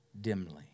dimly